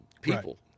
people